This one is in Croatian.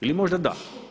Ili možda da.